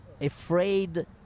afraid